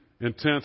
intense